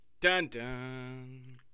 Dun-dun